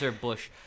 Bush